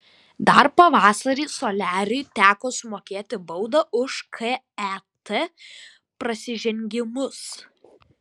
dar pavasarį soliariui teko sumokėti baudą už ket prasižengimus